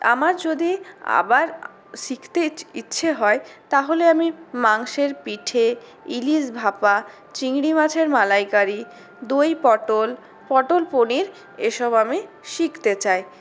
আমার যদি আবার শিখতে ইচ্ছে হয় তাহলে আমি মাংসের পিঠে ইলিশ ভাপা চিংড়ি মাছের মালাইকারি দই পটল পটল পনির এসব আমি শিখতে চাই